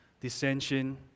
dissension